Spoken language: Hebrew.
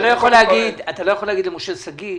אתה לא יכול להגיד למשה שגיא,